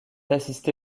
assisté